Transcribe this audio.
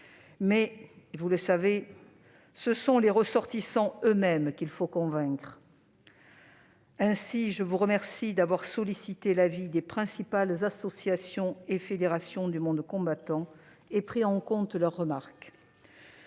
mais, vous le savez, ce sont les ressortissants eux-mêmes qu'il faut convaincre. Ainsi, je vous remercie d'avoir sollicité l'avis des principales associations et fédérations du monde combattant, et pris en compte leurs remarques.